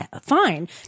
fine